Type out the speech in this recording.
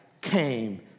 came